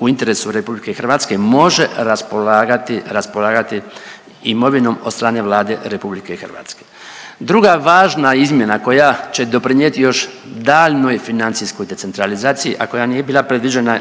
u interesu RH može raspolagati imovinom od strane Vlade RH. Druga važna izmjena koja će doprinijeti još daljnjoj financijskog decentralizaciji, a koja nije bila predviđena